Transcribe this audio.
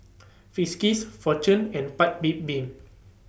Friskies Fortune and Paik's Bibim